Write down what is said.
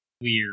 weird